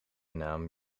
naam